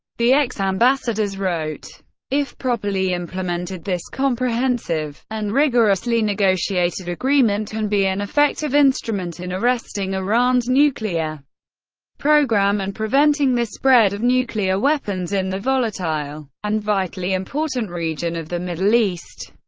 the ex-ambassadors wrote if properly implemented, this comprehensive and rigorously negotiated agreement can be an effective instrument in arresting iran's nuclear program and preventing the spread of nuclear weapons in the volatile and vitally important region of the middle east.